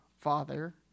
Father